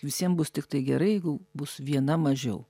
visiem bus tiktai gerai jeigu bus viena mažiau